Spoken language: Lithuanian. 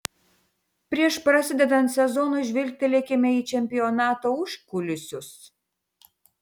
prieš prasidedant sezonui žvilgtelėkime į čempionato užkulisius